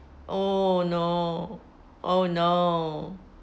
oh no oh no